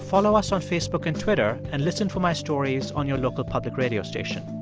follow us on facebook and twitter and listen to my stories on your local public radio station.